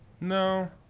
No